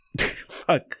Fuck